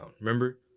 remember